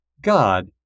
God